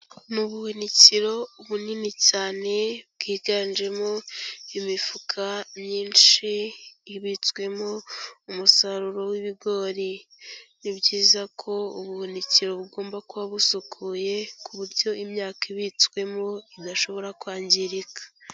Mu buhunikiro bunini cyane, bwiganjemo imifuka myinshi ibitswemo umusaruro w'ibigori. Ni byiza ko ubuhunikiro bugomba kuba busukuye, ku buryo imyaka ibitswemo idashobora kwangirika.